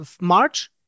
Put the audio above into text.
March